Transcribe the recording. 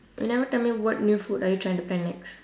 you never tell me what new food are you trying to plan next